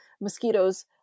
mosquitoes